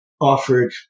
offered